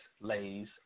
Lays